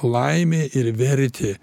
laimė ir vertė